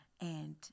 And-